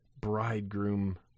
bridegroom